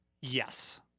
Yes